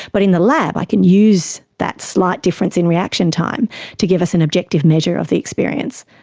but in the lab, i can use that slight difference in reaction time to give us an objective measure of the experience.